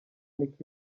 nick